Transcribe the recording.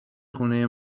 خونه